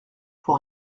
pour